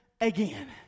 again